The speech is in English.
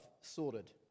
sorted